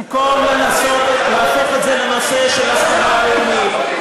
במקום לנסות להפוך את זה לנושא של הסכמה לאומית,